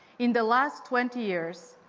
in the last twenty years,